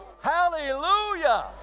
hallelujah